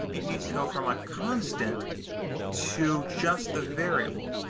it needs to go from a constant to just the variable.